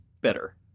better